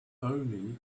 only